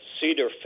Cedar